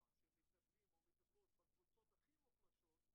הרווחה והבריאות): ראשית, הייתה החלטה כזאת?